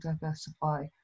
diversify